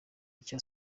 icyo